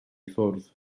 ffwrdd